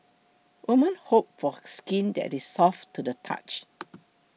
women hope for skin that is soft to the touch